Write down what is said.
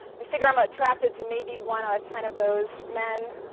i figure i'm ah attracted to maybe one out of ten of those men,